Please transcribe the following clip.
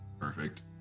Perfect